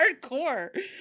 hardcore